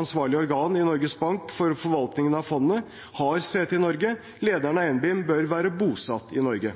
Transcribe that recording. ansvarlige organ i Norges Bank for forvaltningen av fondet har sete i Norge, og lederen av NBIM bør være bosatt i Norge.